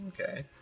okay